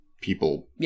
people